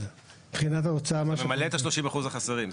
אתה ממלא את ה-30% החסרים.